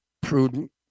Prudent